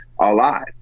alive